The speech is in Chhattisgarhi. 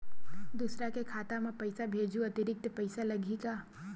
दूसरा के खाता म पईसा भेजहूँ अतिरिक्त पईसा लगही का?